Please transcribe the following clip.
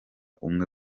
umwe